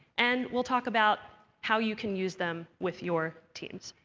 and we'll talk about how you can use them with your teams.